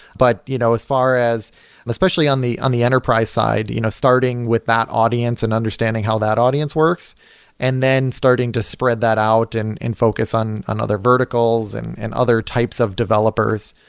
but you know as far as especially on the on the enterprise side, you know starting with that audience and understanding how that audience works and then starting to spread that out and and focus on on other verticals and and other types of developers,